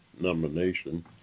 nomination